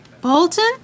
Bolton